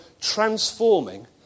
transforming